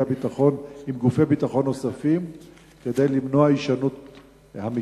ביטחון נוספים כדי למנוע את הישנות המקרים?